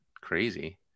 crazy